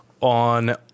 on